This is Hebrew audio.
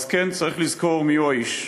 אז, כן, צריך לזכור מיהו האיש.